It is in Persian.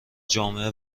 جامعه